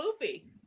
movie